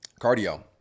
Cardio